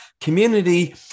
community